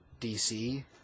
DC